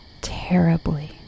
terribly